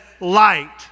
light